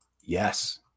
Yes